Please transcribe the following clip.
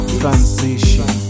transition